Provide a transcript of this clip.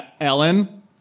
Ellen